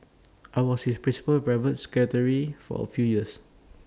I was his principal private secretary for A few years